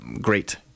great